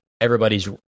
everybody's